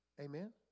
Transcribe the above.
amen